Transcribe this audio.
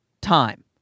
time